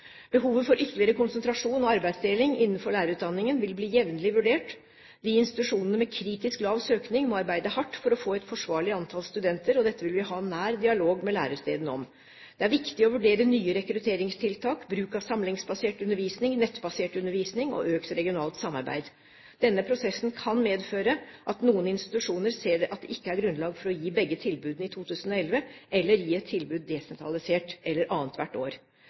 Behovet for ytterligere konsentrasjon og arbeidsdeling innenfor lærerutdanningen vil bli jevnlig vurdert. De institusjonene med kritisk lav søkning må arbeide hardt for å få et forsvarlig antall studenter, og dette vil vi ha nær dialog med lærestedene om. Det er viktig å vurdere nye rekrutteringstiltak, bruk av samlingsbasert undervisning, nettbasert undervisning og økt regionalt samarbeid. Denne prosessen kan medføre at noen institusjoner ser at det ikke er grunnlag for å gi begge tilbudene i 2011, eller gi et tilbud desentralisert eller annethvert år.